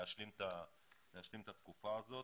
להשלים את התקופה הזאת.